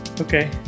Okay